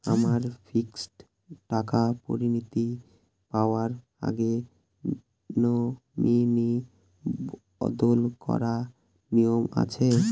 আমার ফিক্সড টাকা পরিনতি পাওয়ার আগে নমিনি বদল করার নিয়ম আছে?